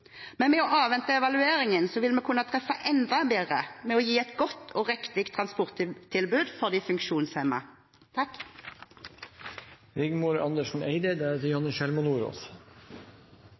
men ved å avvente evalueringen vil man kunne treffe enda bedre ved å gi et godt og riktig transporttilbud for